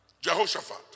Jehoshaphat